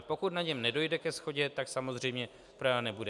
Pokud na něm nedojde ke shodě, tak samozřejmě projednán nebude.